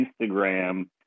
Instagram